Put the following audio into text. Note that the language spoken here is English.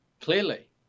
clearly